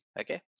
Okay